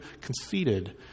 conceited